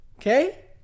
Okay